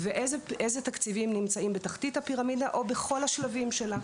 ואילו תקציבים נמצאים בתחתית הפירמידה או בכל השלבים שלה.